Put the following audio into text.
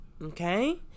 Okay